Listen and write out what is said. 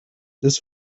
this